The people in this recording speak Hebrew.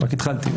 רק התחלתי.